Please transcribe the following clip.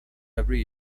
every